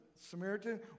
Samaritan